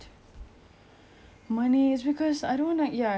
if I don't want to be materialistic but like somehow